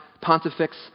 Pontifex